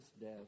death